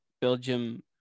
belgium